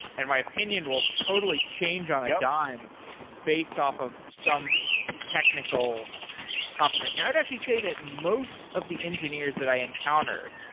and my opinion will totally change on a dime based off of some technical confirmation. i would actually say that most of the engineers that i encounter,